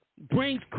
brings